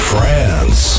France